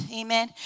amen